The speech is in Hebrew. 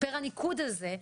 פר הניקוד הזה,